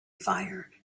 fire